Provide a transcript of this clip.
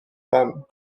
femmes